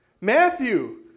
Matthew